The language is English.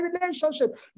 relationship